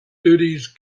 duties